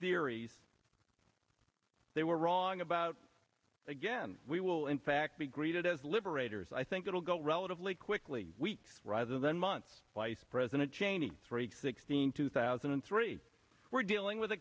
series they were wrong about again we will in fact be greeted as liberators i think it'll go relatively quickly weeks rather than months weiss president cheney three sixteen two thousand and three we're dealing with a